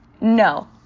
No